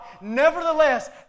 Nevertheless